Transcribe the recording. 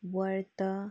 बर्त